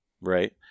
right